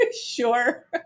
Sure